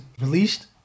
released